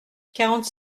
quarante